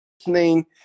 listening